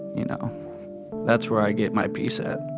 you know that's where i get my peace at